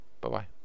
Bye-bye